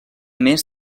més